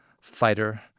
fighter